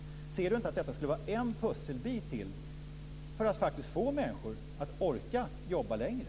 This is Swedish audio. Ser inte Bo Könberg att detta skulle vara en pusselbit till för att faktiskt få människor att orka jobba längre?